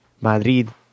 Madrid